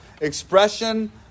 expression